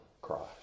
Christ